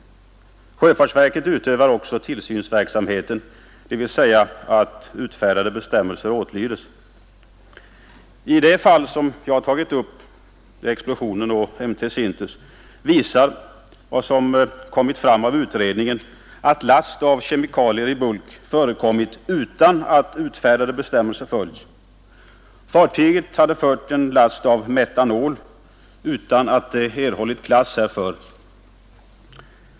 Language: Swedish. Sjöfartsverket utövar också tillsynsverksamheten, dvs. övervakar att utfärdade bestämmelser åtlydes. I det fall som jag har tagit upp, explosionen på M/T Sintus, har enligt vad utredningen visar last av kemikalier i bulk förekommit utan att utfärdade bestämmelser följts. Fartyget hade fört en last av metanol utan att det erhållit klass härför.